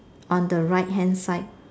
on the right hand side